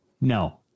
No